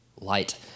light